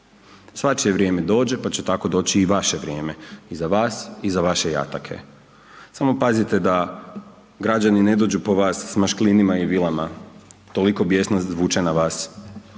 Svačije vrijeme dođe, pa će tako doći i vaše vrijeme i za vas i za vaše jatake, samo pazite da građanine dođu po vas s mašklinima i vilama, toliko bijesno zvuče na vas.